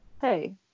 Hey